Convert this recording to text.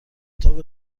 تاپ